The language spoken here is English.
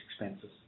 expenses